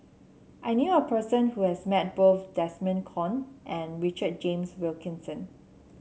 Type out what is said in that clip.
I knew a person who has met both Desmond Kon and Richard James Wilkinson